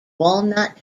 walnut